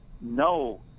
no